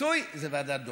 הרצוי זה ועדת דורנר.